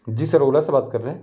जी sir Ola से बात कर रहे हैं